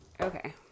Okay